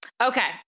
Okay